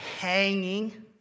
hanging